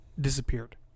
disappeared